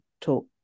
talk